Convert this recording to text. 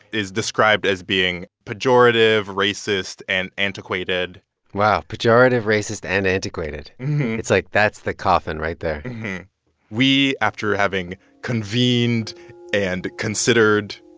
is described as being pejorative, racist and antiquated wow. pejorative, racist and antiquated it's like, that's the coffin right there we, after having convened and considered